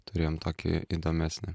turėjom tokį įdomesnį